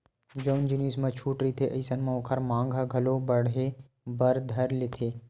जउन जिनिस म छूट रहिथे अइसन म ओखर मांग ह घलो बड़हे बर धर लेथे